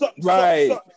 Right